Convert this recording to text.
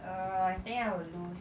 err I think I will lose